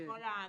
וכול הדבר הזה.